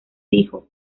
dijo